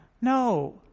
No